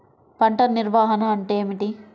పంట నిర్వాహణ అంటే ఏమిటి?